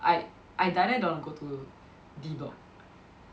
I I die die don't want to go to D block